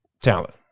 talent